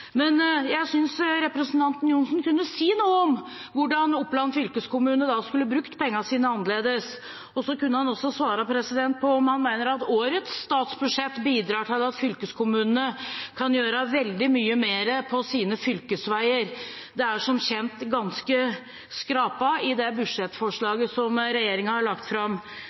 Jeg synes representanten Johnsen kunne sagt noe om hvordan Oppland fylkeskommune skulle brukt pengene sine annerledes. Og han kunne også svart på om han mener at årets statsbudsjett bidrar til at fylkeskommunen kan gjøre veldig mye mer på sine fylkesveier. Det er som kjent ganske skrapet det budsjettforslaget som regjeringen har lagt fram.